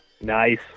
Nice